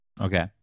Okay